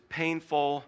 painful